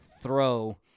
throw